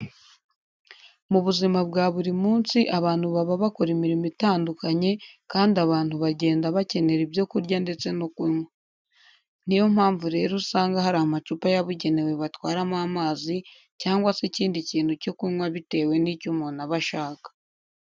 Mu buzima bwa buri munsi, abantu baba bakora imirimo itandukanye kandi abantu bagenda bakenera ibyo kurya ndetse no kunywa. Ni yo mpamvu rero usanga hari amacupa yabugenewe batwaramo amazi cyangwa se ikindi kintu cyo kunywa bitewe n'icyo umuntu aba ashaka.